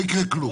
לא יקרה כלום.